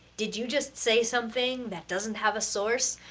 did you just say something that doesn't have a source?